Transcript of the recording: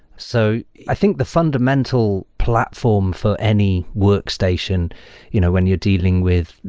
so i think the fundamental platform for any workstation you know when you're dealing with,